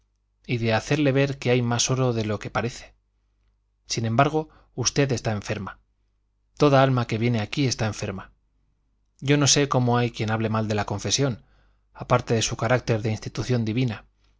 y de hacerle ver que hay más oro de lo que parece sin embargo usted está enferma toda alma que viene aquí está enferma yo no sé cómo hay quien hable mal de la confesión aparte de su carácter de institución divina